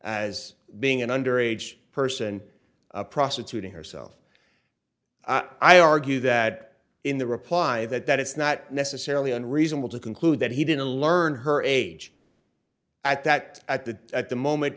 as being an underage person prostituting herself i argue that in the reply that that it's not necessarily unreasonable to conclude that he didn't learn her age at that at the at the moment